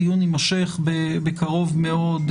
הדיון יימשך בקרוב מאוד,